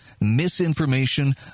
misinformation